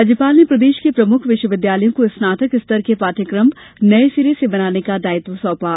राज्यपाल ने प्रदेश के प्रमुख विश्वविद्यालयों को स्नातक स्तर के पाठ्यकम नये सिरे से बनाने का दायित्व सौंपा